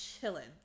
chilling